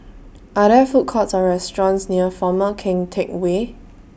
Are There Food Courts Or restaurants near Former Keng Teck Whay